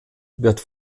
wird